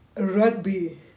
Rugby